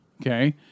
Okay